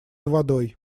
водой